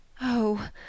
Oh